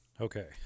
Okay